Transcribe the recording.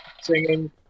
singing